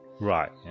Right